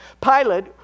Pilate